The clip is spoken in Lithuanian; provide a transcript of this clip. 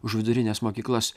už vidurines mokyklas